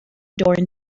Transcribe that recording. door